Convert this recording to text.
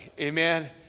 Amen